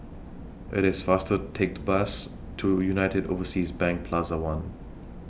IT IS faster Take The Bus to United Overseas Bank Plaza one